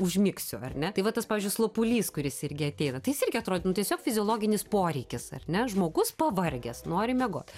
užmigsiu ar ne tai vat tas pavyzdžiui sopulys kuris irgi ateina tai jis irgi atrodo nu tiesiog fiziologinis poreikis ar ne žmogus pavargęs nori miegot